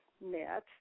net